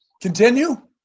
Continue